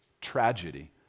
tragedy